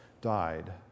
died